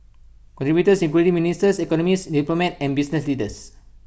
contributors include ministers economists diplomat and business leaders